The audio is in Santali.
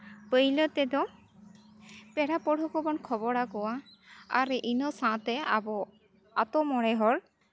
ᱯᱳᱭᱞᱳ ᱛᱮᱫᱚ ᱯᱮᱲᱟ ᱯᱟᱹᱲᱦᱟᱹ ᱠᱚᱵᱚᱱ ᱠᱷᱚᱵᱚᱨ ᱟᱠᱚᱣᱟ ᱟᱨ ᱤᱱᱟᱹ ᱥᱟᱶᱛᱮ ᱟᱵᱚ ᱟᱹᱛᱩ ᱢᱚᱬᱮ ᱦᱚᱲ